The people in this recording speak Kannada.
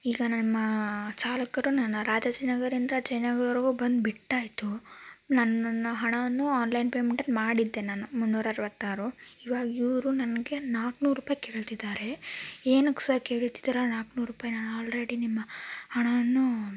ಈಗ ನಮ್ಮ ಚಾಲಕರು ನನ್ನ ರಾಜಾಜಿನಗರಿಂದ ಜಯನಗರ್ವರೆಗೂ ಬಂದ್ಬಿಟ್ಟಾಯಿತು ನನ್ನನ್ನು ಹಣವನ್ನು ಆನ್ಲೈನ್ ಪೆಮೆಂಟಲ್ಲಿ ಮಾಡಿದ್ದೆ ನಾನು ಮುನ್ನೂರ ಅರವತ್ತಾರು ಇವಾಗ ಇವರು ನನಗೆ ನಾನ್ನೂರು ರೂಪಾಯಿ ಕೇಳ್ತಿದ್ದಾರೆ ಏನಕ್ಕೆ ಸರ್ ಕೇಳ್ತಿದ್ದೀರ ನಾನ್ನೂರು ರೂಪಾಯಿನ ನಾನು ಆಲ್ರೆಡಿ ನಿಮ್ಮ ಹಣವನ್ನು